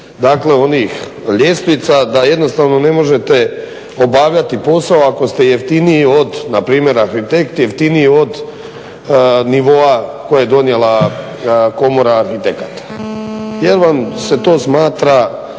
niz onih ljestvica da jednostavno ne možete obavljati posao ako ste npr. arhitekt jeftiniji od nivoa koje je donijela Komora arhitekata jer vam se to smatra